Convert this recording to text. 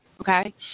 okay